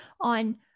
on